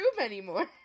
anymore